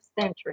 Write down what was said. century